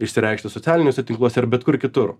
išsireikšti socialiniuose tinkluose ar bet kur kitur